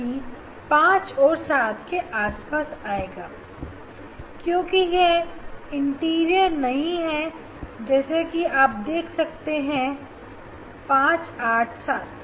जोकि 5 और 7 के आसपास आएगा क्योंकि यह इंटीरियर नहीं है जैसे कि आप देख सकते हैं 587